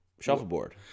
Shuffleboard